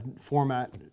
format